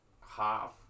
half